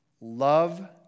Love